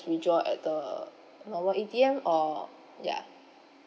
withdraw at the normal A_T_M or ya